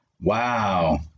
Wow